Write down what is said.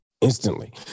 instantly